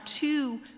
two